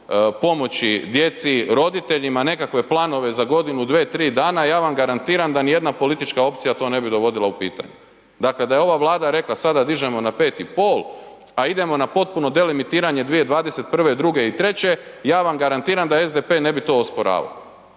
pomoći djeci, roditeljima nekakve planove za godinu, dvije, tri dana ja vam garantiram da ni jedna politička opcija to ne bi dovodila u pitanje. Dakle, da je ova Vlada rekla sada dižemo na 5,5 a idemo na potpuno delimitiranje 2021., '22. i '23. ja vam garantiram da SDP ne bi to osporavao.